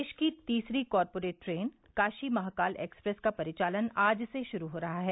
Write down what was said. देश की तीसरी corporate train Kashi Mahakal Express का परिचालन आज से शुरू हो रहा है